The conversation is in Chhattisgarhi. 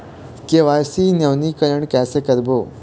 के.वाई.सी नवीनीकरण कैसे करबो?